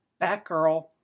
Batgirl